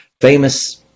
famous